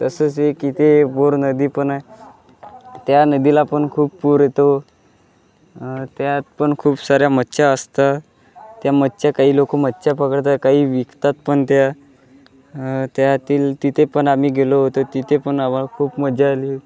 तसंच एक इथे बोर नदी पण आहे त्या नदीला पण खूप पूर येतो त्यात पण खूप साऱ्या मच्छ्या असतात त्या मच्छ्या काही लोक मच्छ्या पकडतात काही विकतात पण त्या त्यातील तिथे पण आम्ही गेलो होतो तिथे पण आम्हाला खूप मजा आली